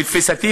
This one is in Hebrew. לתפיסתי,